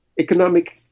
economic